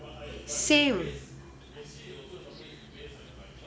sale